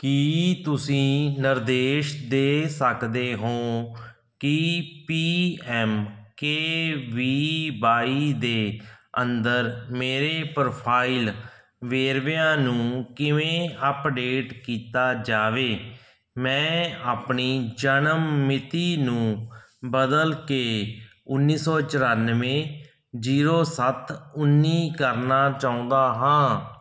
ਕੀ ਤੁਸੀਂ ਨਿਰਦੇਸ਼ ਦੇ ਸਕਦੇ ਹੋ ਕਿ P M K V Y ਦੇ ਅੰਦਰ ਮੇਰੇ ਪ੍ਰੋਫਾਈਲ ਵੇਰਵਿਆਂ ਨੂੰ ਕਿਵੇਂ ਅੱਪਡੇਟ ਕੀਤਾ ਜਾਵੇ ਮੈਂ ਆਪਣੀ ਜਨਮ ਮਿਤੀ ਨੂੰ ਬਦਲ ਕੇ ਉੱਨੀ ਸੌ ਚੁਰਾਨਵੇਂ ਜ਼ੀਰੋ ਸੱਤ ਉੱਨੀ ਕਰਨਾ ਚਾਹੁੰਦਾ ਹਾਂ